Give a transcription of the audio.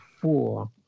four